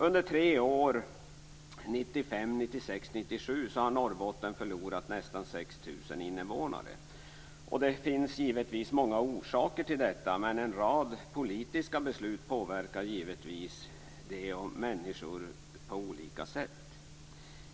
Under tre år - 1995, 1996 och 1997 - har Norrbotten förlorat nästan 6 000 invånare. Det finns givetvis många orsaker till detta, men en rad politiska beslut påverkar människor på olika sätt.